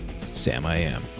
Sam-I-Am